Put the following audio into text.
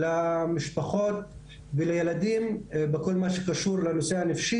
חלק מהמשפחות פנו לשם והילדים קיבלו טיפול קליני.